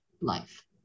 life